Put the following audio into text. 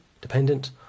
dependent